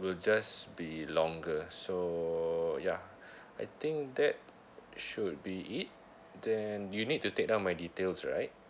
will just be longer so ya I think that should be it then you need to take down my details right